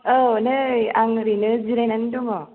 औ नै आं ओरैनो जिरायनानै दङ